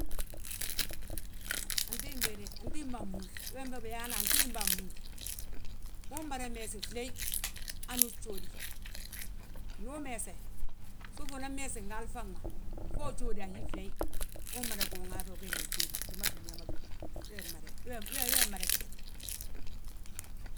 Antimbe de antimbaa mmúuf, wembe biyaana antimbaa mmúuf. Uu mmada meesi fléey, hanu jjóodi, ndu umeese, sogo unan meese ngi hal faŋ ma. Fo ujóoda a hi fléey, uu mmada guuŋ habe ugee nan jóodi titi ma dúniyaa ma gíni, we, wee mmada gitile.